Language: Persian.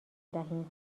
دهیم